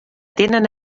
tenen